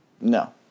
No